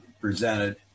presented